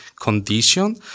condition